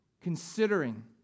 considering